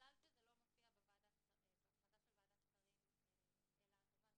בגלל שזה לא מופיע בהחלטה של ועדת השרים אלא הבנתי